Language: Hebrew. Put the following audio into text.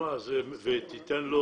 תיתן לו